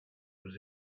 was